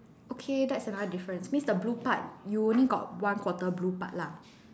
okay that's another difference means the blue part you only got one quarter blue part lah